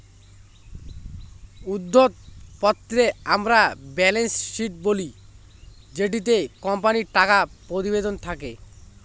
উদ্ধৃত্ত পত্রকে আমরা ব্যালেন্স শীট বলি যেটিতে কোম্পানির টাকা প্রতিবেদন থাকে